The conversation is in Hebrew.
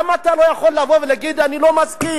למה אתה לא יכול לבוא ולהגיד: אני לא מסכים,